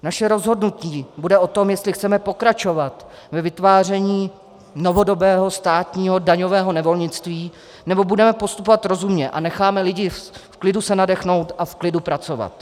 Naše rozhodnutí bude o tom, jestli chceme pokračovat ve vytváření novodobého státního daňového nevolnictví, nebo budeme postupovat rozumně a necháme lidi v klidu se nadechnout a v klidu pracovat.